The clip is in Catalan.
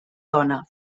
dona